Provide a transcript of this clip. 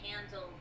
handled